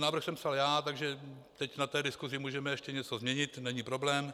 Návrh jsem psal já, takže teď v diskusi můžeme ještě něco změnit, není problém.